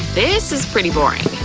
this is pretty boring.